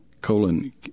Colon